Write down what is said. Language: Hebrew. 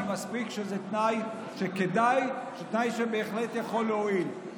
אני מסכים שזה תנאי, תנאי שבהחלט יכול להועיל.